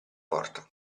porta